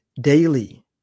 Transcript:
daily